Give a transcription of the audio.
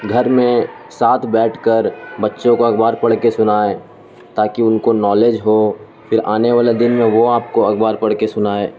گھر میں ساتھ بیٹھ کر بچوں کو اخبار پڑھ کے سنائیں تاکہ ان کو نالج ہو پھر آنے والے دن میں وہ آپ کو اخبار پڑھ کے سنائیں